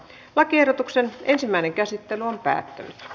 lakiehdotuksen ensimmäinen käsittely päättyi